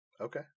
Okay